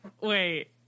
Wait